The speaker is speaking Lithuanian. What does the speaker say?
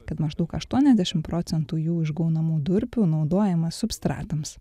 kad maždaug aštuoniasdešim procentų jų išgaunamų durpių naudojama substratams